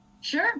Sure